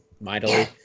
mightily